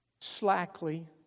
slackly